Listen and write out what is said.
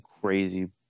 crazy